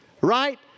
right